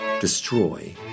destroy